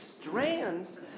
strands